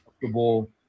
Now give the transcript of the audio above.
comfortable